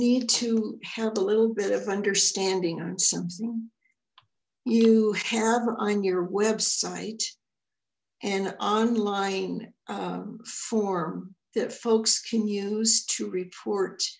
need to have a little bit of understanding on something you have on your website an online form that folks can use to report